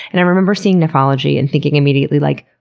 and i remember seeing nephology and thinking immediately like,